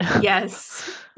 Yes